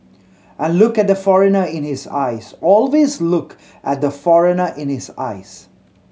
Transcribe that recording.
and look at the foreigner in his eyes always look at the foreigner in his eyes